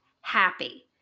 happy